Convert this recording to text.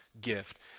gift